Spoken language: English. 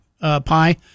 pie